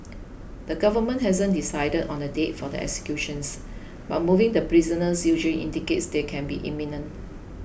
the government hasn't decided on the date for the executions but moving the prisoners usually indicates they could be imminent